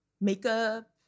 makeup